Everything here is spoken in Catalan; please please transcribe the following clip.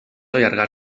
allargar